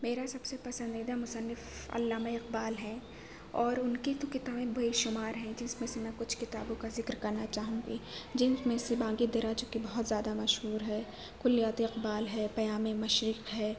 میرا سب سے پسندیدہ مصنف علامہ اقبال ہیں اور ان کی تو کتابیں بےشمار ہیں جس میں کچھ کتابوں کا ذکر کرنا چاہوں گی جن میں سے بانگ درا جو کہ بہت زیادہ مشہور ہے کلیات اقبال ہے پیام مشرق ہے